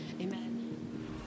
Amen